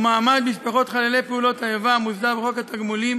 ומעמד משפחות חללי פעולות האיבה מוסדר בחוק התגמולים